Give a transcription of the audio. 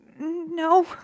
no